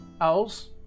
owls